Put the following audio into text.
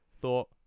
thought